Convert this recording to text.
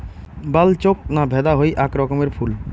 বালচোক না ভেদা হই আক রকমের ফুল